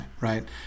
right